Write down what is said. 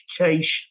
education